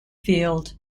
field